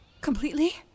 Completely